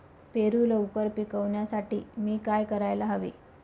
पेरू लवकर पिकवण्यासाठी मी काय करायला हवे?